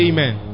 Amen